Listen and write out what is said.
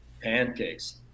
Pancakes